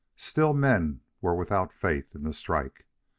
still men were without faith in the strike.